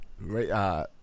right